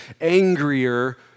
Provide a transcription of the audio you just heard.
angrier